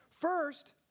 First